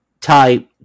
type